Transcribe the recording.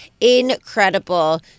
incredible